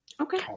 Okay